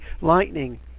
lightning